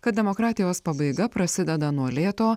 kad demokratijos pabaiga prasideda nuo lėto